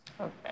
Okay